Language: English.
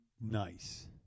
nice